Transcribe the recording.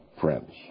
friends